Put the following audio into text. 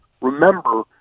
remember